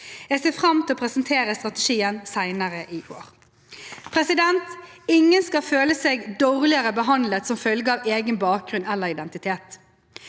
Jeg ser fram til å presentere strategien senere i år. Ingen skal føle seg dårligere behandlet som følge av egen bakgrunn eller identitet.